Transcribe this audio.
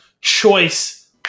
choice